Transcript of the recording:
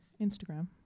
Instagram